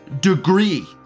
degree